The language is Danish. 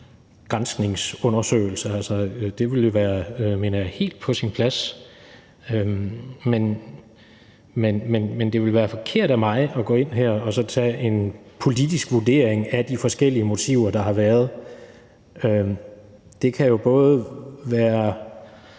granskningsundersøgelse, altså det ville jo være helt på sin plads, men det ville være forkert af mig at gå ind her og så foretage en politisk vurdering af de forskellige motiver, der har været. Det kan jo både være